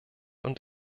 und